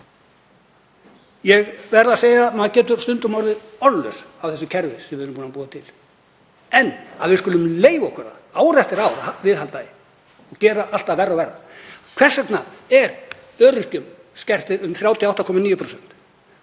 Ég verð að segja að maður getur stundum orðið orðlaus yfir þessu kerfi sem við erum búin að búa til, hvað þá að við skulum leyfa okkur ár eftir ár að viðhalda því og gera það alltaf verra og verra. Hvers vegna eru öryrkjar skertir um 38,9%?